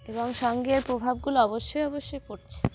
এবং সঙ্গে প্রভাবগুলো অবশ্যই অবশ্যই পড়ছে